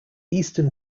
eastern